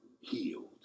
healed